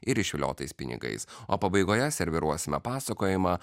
ir išviliotas pinigais o pabaigoje serviruosime pasakojimą